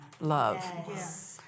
love